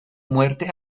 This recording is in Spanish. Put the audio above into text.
muerte